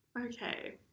Okay